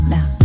Now